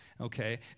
Okay